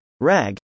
RAG